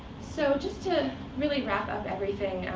so just to really wrap up everything,